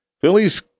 Phillies